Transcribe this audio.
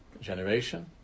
Generation